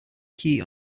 key